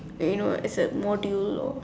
like you know as a module or